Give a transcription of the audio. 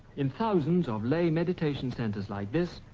in thousands of lay meditation centers like this,